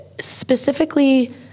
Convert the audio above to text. specifically